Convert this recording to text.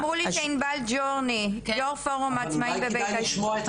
אמרו לי שענבל ג'ורני, יו"ר פורום העצמאים נמצאת.